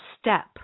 step